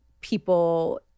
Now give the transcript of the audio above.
people